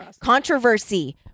controversy